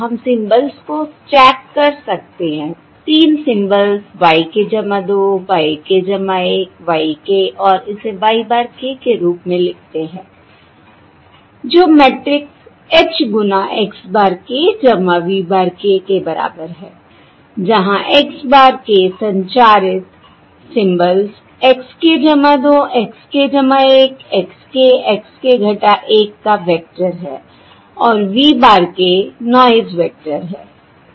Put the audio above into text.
हम सिंबल्स को स्टैक कर सकते हैं तीन symbols y k 2 y k 1 y और इसे y bar k के रूप में लिखते हैं जो मैट्रिक्स H गुना x bar k v bar k के बराबर है जहाँ x bar k संचारित symbols xk 2 x k 1 x x का वेक्टर है और v bar k noise vector है ठीक है